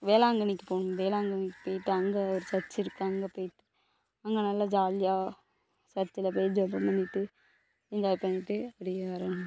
வேளாங்கண்ணிக்கு போகணும் வேளாங்கண்ணிக்கு போய்ட்டு அங்கே ஒரு சர்ச் இருக்குது அங்கே போய்ட்டு அங்கே நல்ல ஜாலியாக சர்ச்ல போய் ஜெபம் பண்ணிட்டு என்ஜாய் பண்ணிட்டு அப்படியே வரணும்